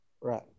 Right